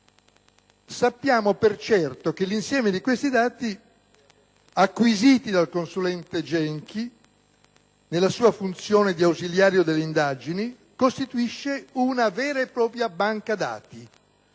sappiamo per certo che l'insieme di tali dati, acquisiti dal consulente Genchi nella sua funzione di ausiliario delle indagini, costituisce una vera e propria banca dati,